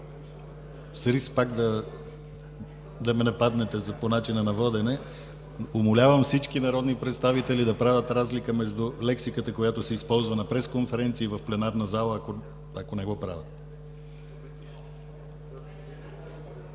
С риск да ме нападнете за начина на водене, умолявам всички народни представители да правят разлика между лексиката, която се използва на пресконференции и в пленарна зала, ако не я правят.